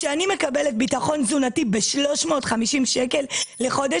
כשאני מקבלת ביטחון תזונתי ב-350 שקל לחודש,